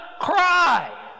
Cry